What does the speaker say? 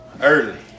early